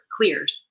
cleared